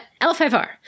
L5R